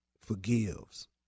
forgives